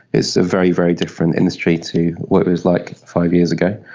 it's a very, very different industry to what it was like five years ago.